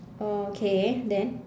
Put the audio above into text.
oh okay then